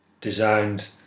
designed